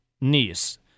niece